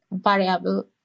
variable